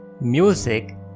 music